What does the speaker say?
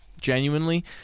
genuinely